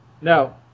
No